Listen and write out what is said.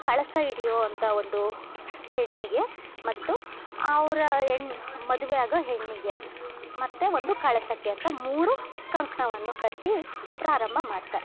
ಕಳಸ ಹಿಡಿಯೊಂತ ಒಂದು ಹೆಣ್ಣಿಗೆ ಮತ್ತು ಅವರ ಹೆಣ್ ಮದುವೆ ಆಗೋ ಹೆಣ್ಣಿಗೆ ಮತ್ತು ಒಂದು ಕಳಸಕ್ಕೆ ಅಂತ ಮೂರು ಕಂಕಣವನ್ನು ಕಟ್ಟಿ ಪ್ರಾರಂಭ ಮಾಡ್ತಾರೆ